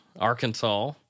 Arkansas